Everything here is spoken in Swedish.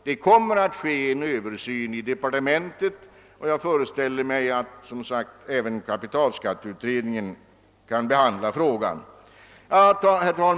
Det kommer att ske en översyn i departementet, och jag föreställer mig, som sagt, att även kapitalskatteutredningen kommer att behandla frågan.